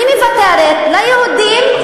אני מוותרת ליהודים,